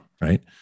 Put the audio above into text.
Right